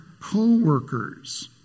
co-workers